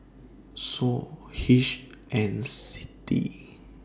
SOU HCI and CITI